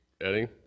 Eddie